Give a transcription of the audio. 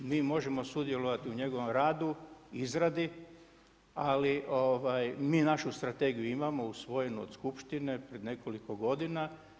Mi možemo sudjelovati u njegovom radu, izradi, ali mi našu strategiju imamo, usvojenu od skupštine, prije nekoliko godina.